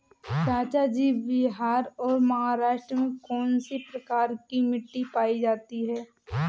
चाचा जी बिहार और महाराष्ट्र में कौन सी प्रकार की मिट्टी पाई जाती है?